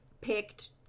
picked